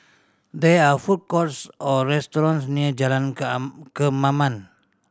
there are food courts or restaurants near Jalan Kemaman